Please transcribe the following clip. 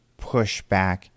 pushback